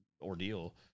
ordeal